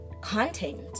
content